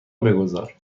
بگذار